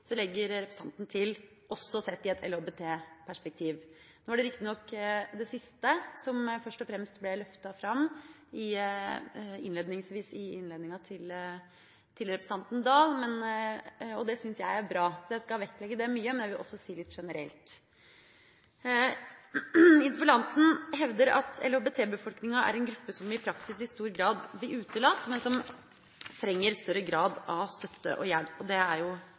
så legger representanten til – også sett i et LHBT-perspektiv. Nå er det riktignok det siste som først og fremst ble løftet fram innledningsvis i innlegget til representanten Dahl, og det syns jeg er bra. Jeg skal vektlegge det mye, men jeg vil også si litt generelt. Interpellanten hevder at LHBT-befolkninga er en gruppe som i praksis i stor grad blir utelatt, men som trenger større grad av støtte og hjelp. Det er jo